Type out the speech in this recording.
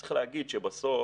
וצריך להגיד, שבסוף